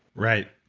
right?